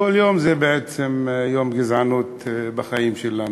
כל יום זה בעצם יום גזענות בחיים שלנו.